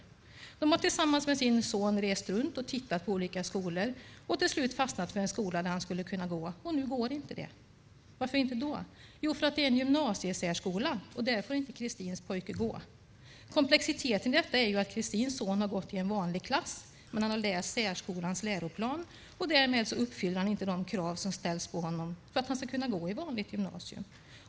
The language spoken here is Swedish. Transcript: Föräldrarna har tillsammans med sin son rest runt och tittat på olika skolor och slutligen fastnat för en skola där han skulle kunna gå. Men det går inte. Varför inte det? Jo, för att det är en gymnasiesärskola, och där får Kristins pojke inte gå. Komplexiteten i detta är att Kristins son gått i en vanlig klass, men han har läst särskolans läroplan och uppfyller därmed inte de krav som ställs på honom för att han ska kunna gå i vanligt gymnasium.